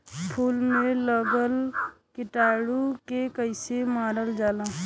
फूल में लगल कीटाणु के कैसे मारल जाला?